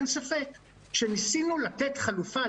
אין ספק שניסינו לתת חלופה,